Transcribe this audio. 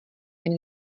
jen